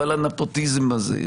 אבל הנפוטיזם הזה,